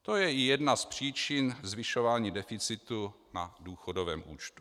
To je i jedna z příčin zvyšování deficitu na důchodovém účtu.